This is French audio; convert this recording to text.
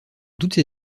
toutes